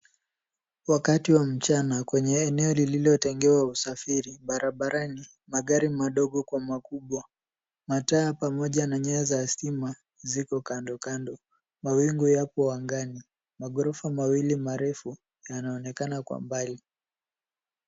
Wakati wa mchana kwenye eneo lililotengewa usafiri. Barabarani magari madogo kwa makubwa, mataa pamoja na nyaya za stima ziko kando kando. Mawingu yapo angani. Maghorofa mawili marefu yanaonekana kwa mbali.